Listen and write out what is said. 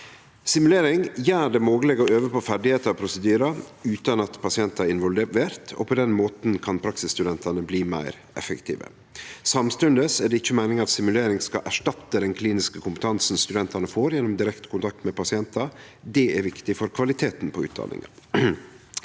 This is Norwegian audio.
Simulering gjer det mogleg å øve på ferdigheiter og prosedyrar utan at pasientar er involverte, og på den måten kan praksisstudentane bli meir effektive. Samstundes er det ikkje meininga at simulering skal erstatte den kliniske kompetansen studentane får gjennom direkte kontakt med pasientar. Det er viktig for kvaliteten på utdanninga.